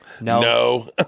No